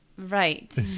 Right